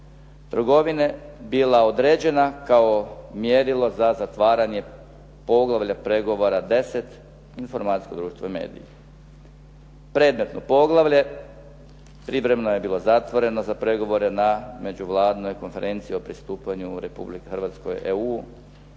trgovine bila određena kao mjerilo za zatvaranje poglavlja pregovora 10.-Informatičko društvo i mediji. Predmetno poglavlje privremeno je bilo zatvoreno za pregovore na međuvladinoj konferenciji o pristupanju Republike Hrvatske EU u